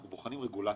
אנחנו בוחנים רגולציה,